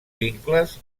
vincles